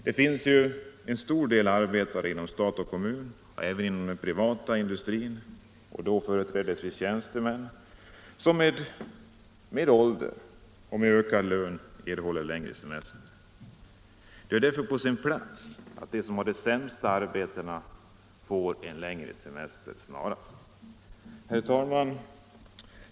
Det finns ju en hel del arbetstagare inom stat och kommun och även inom den privata industrin — företrädesvis tjänstemän — som med stigande ålder och ökad lön erhåller en längre semester. Det är därför på sin plats att de som har de sämsta arbetena får en längre semester snarast. 161 Herr talman!